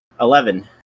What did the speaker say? Eleven